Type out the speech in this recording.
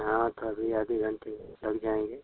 हाँ तो अभी आधे घंटे लग जाएंगे